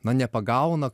na nepagauna